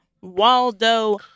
Waldo